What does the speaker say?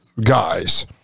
guys